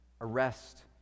arrest